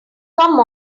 come